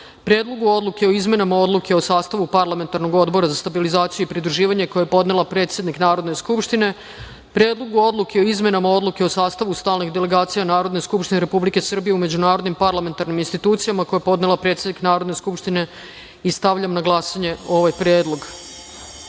Predlogu odluke o izmenama Odluke o sastavu Parlamentarnog odbora za stabilizaciju i pridruživanje koji je podnela predsednik Narodne skupštine, Predlogu odluke o izmenama Odluke o sastavu stalnih delegacija Narodne skupštine Republike u međunarodnim parlamentarnim institucijama koji je podnela predsednik Narodne skupštine. Stavljam na glasanje ovaj